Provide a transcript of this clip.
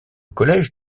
collège